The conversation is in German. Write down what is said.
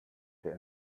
der